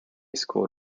school